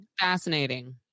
Fascinating